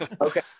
Okay